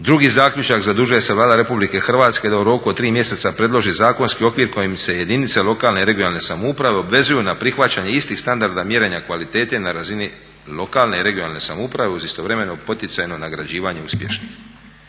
Drugi zaključak, zadužuje se Vlada Republike Hrvatske da u roku od 3 mjeseca predloži zakonski okvir kojim se jedinice lokalne i regionalne samouprave obvezuju na prihvaćanje istih standarda mjerenja kvalitete na razini lokalne i regionalne samouprave uz istovremeno poticajno nagrađivanje uspješnih.